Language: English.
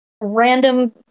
random